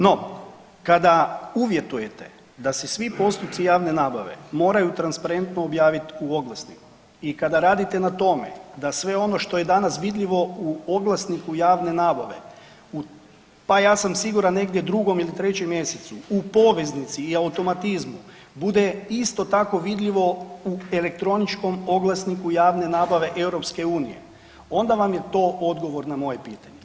No, kada uvjetujete da se svi postupci javne nabave moraju transparentno objaviti u oglasniku, i kada radite na tome da sve ono što je danas vidljivo u oglasniku javne nabave, pa ja sam siguran negdje u 2. ili 3. mjesecu, u poveznici je automatizmom bude isto tako vidljivo u elektroničkom oglasniku javne nabave Europske unije, onda vam je to odgovor na moje pitanje.